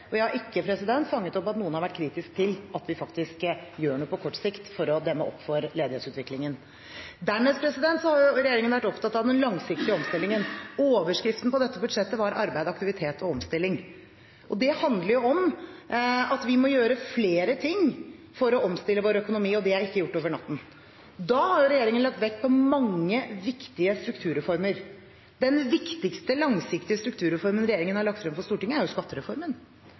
og jeg har ikke fanget opp at noen har vært kritisk til at vi faktisk gjør noe på kort sikt for å demme opp for ledighetsutviklingen. Dernest har regjeringen vært opptatt av den langsiktige omstillingen. Overskriften på dette budsjettet var «arbeid, aktivitet og omstilling». Det handler om at vi må gjøre flere ting for å omstille vår økonomi, og det er ikke gjort over natten. Regjeringen har lagt vekt på mange viktige strukturreformer. Den viktigste langsiktige strukturreformen som regjeringen har lagt frem for Stortinget, er skattereformen.